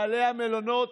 בעלי המלונות,